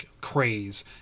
craze